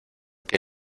que